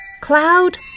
Cloud